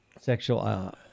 sexual